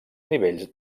nivells